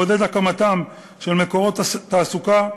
לעודד הקמתם של מקורות תעסוקה,